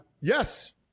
Yes